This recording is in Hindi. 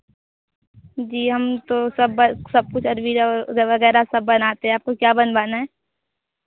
जी हम तो सब सब कुछ अलविरा वगैरह सब बनाते हैं आपको क्या बनवाना है